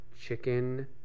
chicken